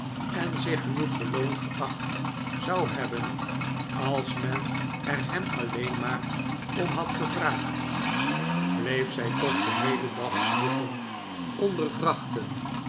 en zich genoeg beloond geacht zou hebben als men er hem alleen maar om had gevraagd bleef zij toch den heelen dag zwoegen